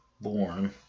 born